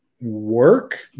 work